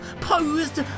posed